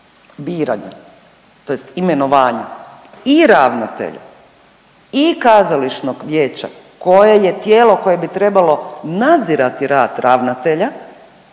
biranje, tj. imenovanja i ravnatelja i Kazališnog vijeća koje je tijelo koje bi trebalo nadzirati rad ravnatelja